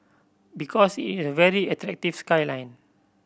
because it is a very attractive skyline